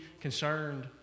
concerned